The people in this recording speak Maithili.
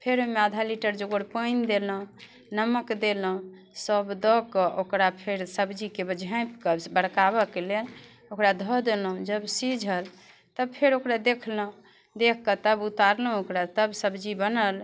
फेर ओहिमे आधा लीटर जोगर पानि देलहुँ नमक देलहुँ सब दऽ कऽ ओकरा फेर सब्जीके झाँपिके बड़काबऽके लेल ओकरा धऽ देलहुँ जब सिझल तब फेर ओकरा देखलहुँ देखिकऽ तब उतारलहुँ ओकरा तब सब्जी बनल